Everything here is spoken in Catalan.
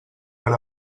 per